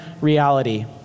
reality